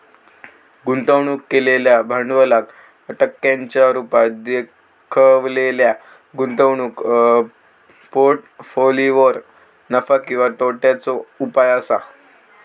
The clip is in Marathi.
गुंतवणूक केलेल्या भांडवलाक टक्क्यांच्या रुपात देखवलेल्या गुंतवणूक पोर्ट्फोलियोवर नफा किंवा तोट्याचो उपाय असा